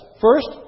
First